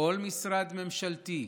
כל משרד ממשלתי,